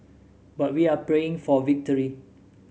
but we are praying for victory